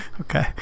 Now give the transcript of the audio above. Okay